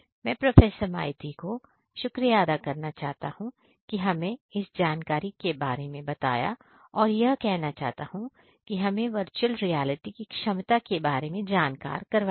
मैं प्रोफेसर माइती को शुक्रियाह करना चाहता हूं कि हमें इस जानकारी के बारे में बताना और मैं यह कहना चाहता हूं कि हमें इस वर्चुअल रियलिटी की क्षमता के बारे में जानकार करवाया